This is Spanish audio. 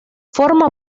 forma